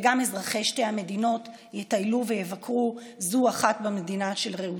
וגם אזרחי שתי המדינות יטיילו ויבקרו אלה במדינת רעיהם.